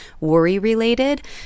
worry-related